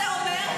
זה אותו חוק.